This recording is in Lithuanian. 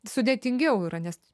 sudėtingiau yra nes